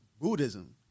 Buddhism